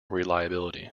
reliability